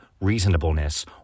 reasonableness